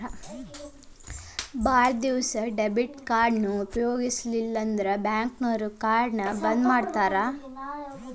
ಭಾಳ್ ದಿವಸ ಡೆಬಿಟ್ ಕಾರ್ಡ್ನ ಉಪಯೋಗಿಸಿಲ್ಲಂದ್ರ ಬ್ಯಾಂಕ್ನೋರು ಕಾರ್ಡ್ನ ಬಂದ್ ಮಾಡ್ತಾರಾ